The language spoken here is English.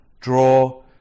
draw